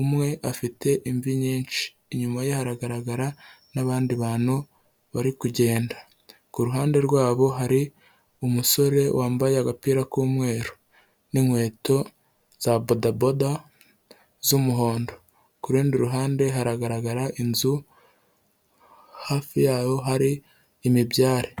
umwe afite imvi nyinshi, inyuma ye hagaragara n'abandi bantu bari kugenda, ku ruhande rwabo hari umusore wambaye agapira k'umweru n'inkweto za bodaboda z'umuhondo, ku rundi ruhande hagaragara inzu, hafi yaho hari imibyare.